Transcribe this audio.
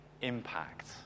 impact